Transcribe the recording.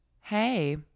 hey